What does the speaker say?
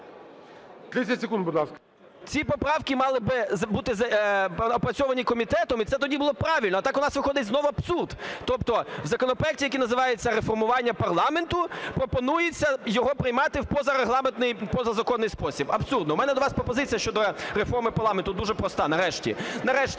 Ці поправки мали би бути опрацьовані комітетом, і це тоді було б правильно. А так у нас виходить знову абсурд. Тобто в законопроекті, який називається "реформування парламенту", пропонується його прийняти в позарегламентний, позазаконний спосіб. Абсурдно! У мене до вас пропозиція щодо реформи парламенту дуже проста. Нарешті,